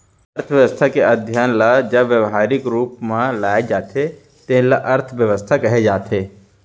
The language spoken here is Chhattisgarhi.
अर्थसास्त्र के अध्ययन ल जब ब्यवहारिक रूप म लाए जाथे तेन ल अर्थबेवस्था कहे जाथे